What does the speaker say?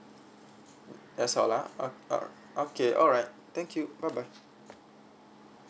that's all lah uh oh okay alright thank you bye bye